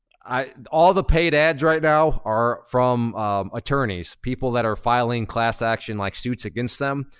all the paid ads right now are from attorneys, people that are filing class action like suits against them.